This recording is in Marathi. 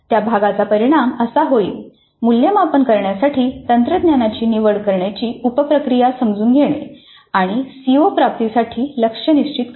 त्या भागाचा परिणाम असा होईलः मूल्यमापन करण्यासाठी तंत्रज्ञानाची निवड करण्याची उप प्रक्रिया समजून घेणे आणि सीओ प्राप्तीसाठी लक्ष्य निश्चित करणे